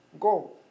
Go